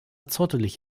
zottelig